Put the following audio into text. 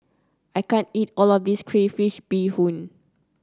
I can't eat all of this Crayfish Beehoon